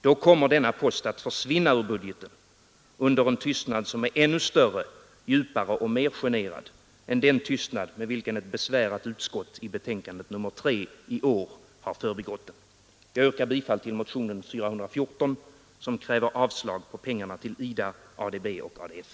Då kommer denna post att försvinna ur budgeten under en tystnad, som är ännu större, djupare och mer generad än den tystnad med vilken ett besvärat utskott i betänkandet nr 3 i år förbigått den. Jag yrkar bifall till motionen 414, som kräver avslag på pengarna till IDA, ADB och ADF.